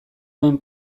duen